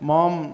Mom